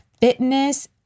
fitness